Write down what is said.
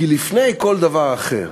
כי לפני כל דבר אחר